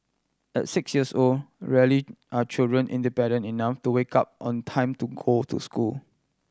at six years old rarely are children independent enough to wake up on time to go to school